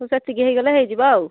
ସେତିକି ହେଇଗଲେ ହେଇଯିବ ଆଉ